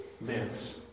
lives